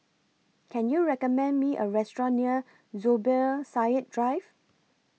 Can YOU recommend Me A Restaurant near Zubir Said Drive